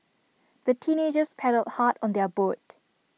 the teenagers paddled hard on their boat